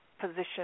position